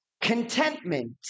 contentment